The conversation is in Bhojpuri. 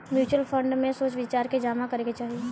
म्यूच्यूअल फंड में सोच विचार के जामा करे के चाही